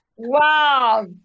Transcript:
Wow